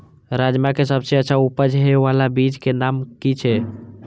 राजमा के सबसे अच्छा उपज हे वाला बीज के नाम की छे?